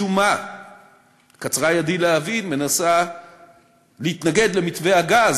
משום מה קצרה ידי מלהבין, מנסה להתנגד למתווה הגז